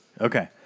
Okay